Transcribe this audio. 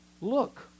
look